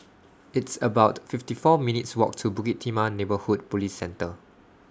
It's about fifty four minutes' Walk to Bukit Timah Neighbourhood Police Centre